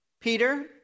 Peter